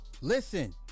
listen